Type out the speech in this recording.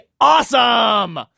Awesome